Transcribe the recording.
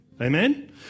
Amen